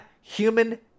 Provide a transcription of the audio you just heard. human